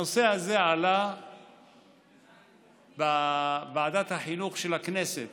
הנושא הזה עלה בוועדת החינוך של הכנסת